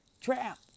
trap